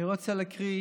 אני רוצה להקריא